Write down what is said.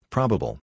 Probable